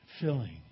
filling